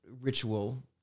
ritual